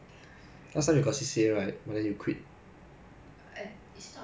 lesson is more like going for lessons but I feel like it's very time consuming for me lah